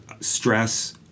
stress